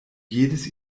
jedes